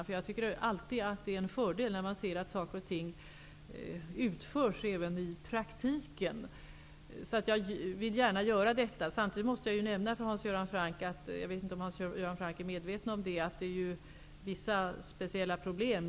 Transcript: Det är alltid en fördel att se att saker och ting utförs i praktiken. Jag vill gärna göra det. Jag måste nämna för Hans Göran Franck att det tyvärr är vissa speciella problem med den sociala fonden.